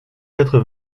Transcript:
quatre